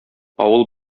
авыл